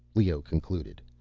leoh concluded.